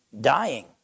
dying